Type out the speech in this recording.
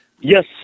Yes